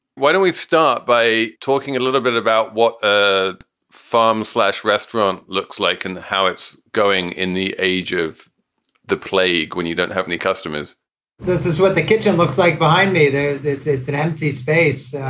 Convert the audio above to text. why don't we start by talking a little bit about what a farm slash restaurant looks like and how it's going in the age of the plague when you don't have any customers this is what the kitchen looks like behind me there. it's it's an empty space.